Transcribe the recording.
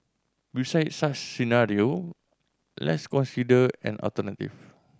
beside such scenario let's consider an alternative